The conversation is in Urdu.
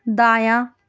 دایاں